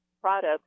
products